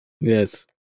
Yes